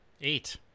Eight